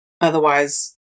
otherwise